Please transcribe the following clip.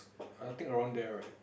I think around there right